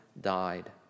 died